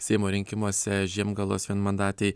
seimo rinkimuose žiemgalos vienmandatėj